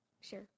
Sure